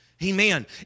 Amen